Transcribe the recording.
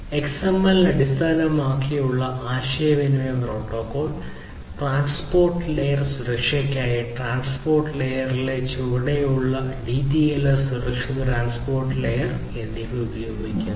XML അടിസ്ഥാനമാക്കിയുള്ള ആശയവിനിമയ protocol transport layer സുരക്ഷയ്ക്കായി ട്രാൻസ്പോർട്ട് ലെയറിലെ ചുവടെയുള്ള ഡിടിഎൽഎസ് സുരക്ഷിത ട്രാൻസ്പോർട്ട് ലെയർ ഉപയോഗിക്കുന്നു